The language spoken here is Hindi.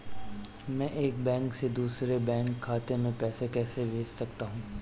मैं एक बैंक से दूसरे बैंक खाते में पैसे कैसे भेज सकता हूँ?